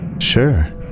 Sure